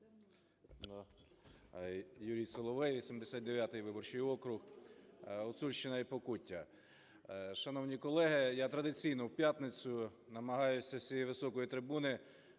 Юрій Соловей, 89 виборчий округ, Гуцульщина і Покуття. Шановні колеги, я традиційно в п'ятницю намагаюсь з цієї високої трибуни